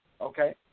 Okay